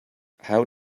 how